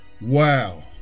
Wow